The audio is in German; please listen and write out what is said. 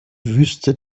wüste